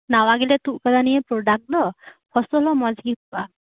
ᱱᱟᱣᱟ ᱜᱮᱞᱮ ᱛᱩᱫ ᱟᱠᱟᱫᱟ ᱱᱚᱣᱟ ᱯᱨᱚᱰᱟᱠᱴ ᱫᱚ ᱯᱷᱚᱥᱚᱞ ᱦᱚᱸ ᱢᱚᱡᱜᱤ ᱦᱩᱭᱩᱜᱼᱟ